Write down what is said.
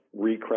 recraft